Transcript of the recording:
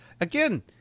Again